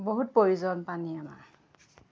বহুত প্ৰয়োজন পানী আমাৰ